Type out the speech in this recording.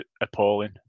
appalling